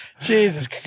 Jesus